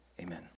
Amen